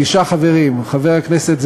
תשעה חברים: הליכוד,